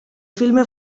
filme